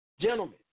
Gentlemen